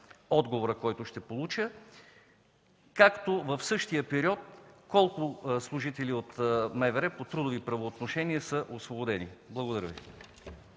отговора, който ще получа, както в същия период колко служители от МВР по трудови правоотношения са освободени? Благодаря Ви.